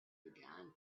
began